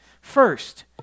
first